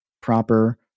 proper